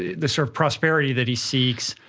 the sort of prosperity that he seeks,